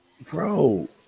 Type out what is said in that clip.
bro